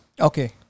Okay